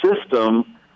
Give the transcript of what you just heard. system